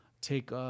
take